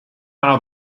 out